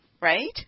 right